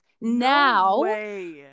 now